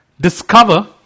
discover